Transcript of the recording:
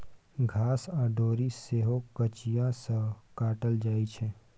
घास आ डोरी सेहो कचिया सँ काटल जाइ छै